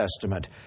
Testament